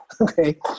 Okay